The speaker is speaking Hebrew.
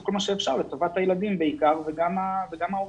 כל מה שאפשר לטובת הילדים בעיקר וגם לטובת ההורים.